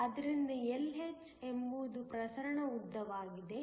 ಆದ್ದರಿಂದ Lh ಎಂಬುದು ಪ್ರಸರಣ ಉದ್ದವಾಗಿದೆ